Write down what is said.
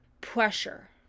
pressure